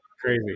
Crazy